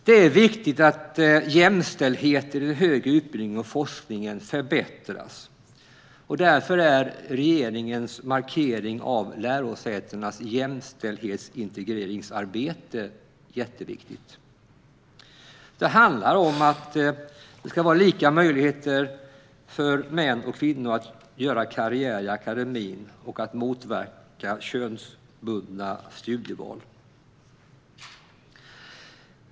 Det är viktigt att jämställdheten i den högre utbildningen och forskningen förbättras. Därför är regeringens markering av lärosätenas jämställdhetsintegreringsarbete jätteviktig. Det handlar om att det ska vara lika möjligheter för män och kvinnor att göra karriär i akademin och om att motverka könsbundna studieval.